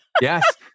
yes